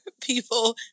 people